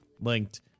Linked